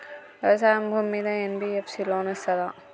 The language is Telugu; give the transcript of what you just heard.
వ్యవసాయం భూమ్మీద ఎన్.బి.ఎఫ్.ఎస్ లోన్ ఇస్తదా?